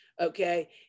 okay